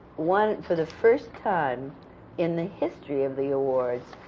one for the first time in the history of the awards,